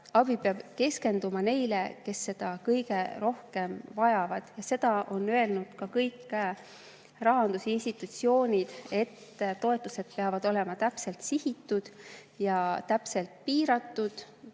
Abi peab keskenduma neile, kes seda kõige rohkem vajavad. Seda on öelnud ka kõik rahandusinstitutsioonid, et toetused peavad olema täpselt sihitud, täpselt piiratud,